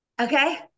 okay